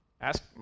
ask